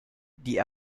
die